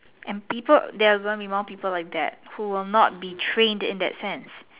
and people they are going to be more people like that who will not be train in that sense